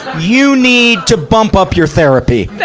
you need to bump up your therapy.